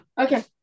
Okay